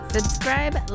Subscribe